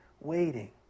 Waiting